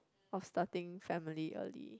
of starting family early